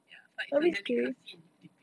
ya but it is a delicacy in philippines